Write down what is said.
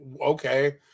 okay